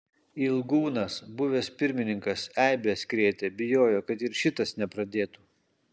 ilgūnas buvęs pirmininkas eibes krėtė bijojo kad ir šitas nepradėtų